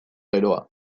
geroa